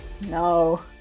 No